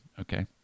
okay